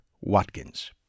Watkins